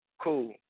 cool